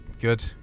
Good